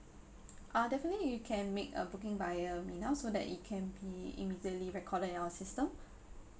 uh definitely you can make a booking via me now so that it can be immediately recorded in our system